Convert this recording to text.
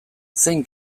zein